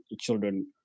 children